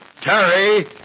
Terry